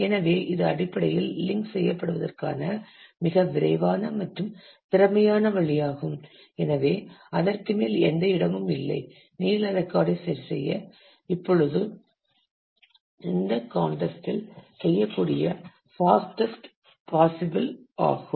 எனவே இது அடிப்படையில் லிங்க் செய்யப்படுவதற்கான மிக விரைவான மற்றும் திறமையான வழியாகும் எனவே அதற்கு மேல் எந்த இடமும் இல்லை நீள ரெக்கார்டு ஐ சரிசெய்ய நீங்கள் இப்போது இந்த கன்டஸ்ட் இல் செய்யக்கூடிய பாஸ்டட் பாசிப்பில் ஆகும்